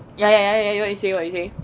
ya ya ya ya what you say what you say